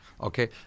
okay